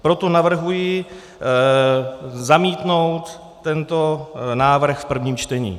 Proto navrhuji zamítnout tento návrh v prvním čtení.